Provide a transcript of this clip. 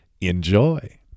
enjoy